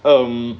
um